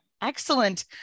Excellent